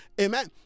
amen